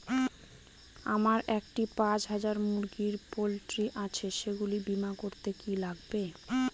আমার একটি পাঁচ হাজার মুরগির পোলট্রি আছে সেগুলি বীমা করতে কি লাগবে?